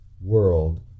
world